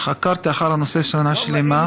חקרתי אחר הנושא שנה שלמה,